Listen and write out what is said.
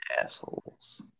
assholes